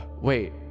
wait